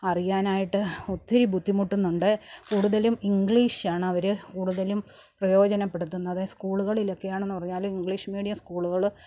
അറിയാനായിട്ട് ഒത്തിരി ബുദ്ധിമുട്ടുന്നുണ്ട് കൂടുതലും ഇംഗ്ലീഷ് ആണ് അവർ കൂടുതലും പ്രയോജനപ്പെടുത്തുന്നത് സ്കൂളുകളിലൊക്കെ ആണെന്ന് പറഞ്ഞാലും ഇംഗ്ലീഷ് മീഡിയം സ്കൂളുകളിൽ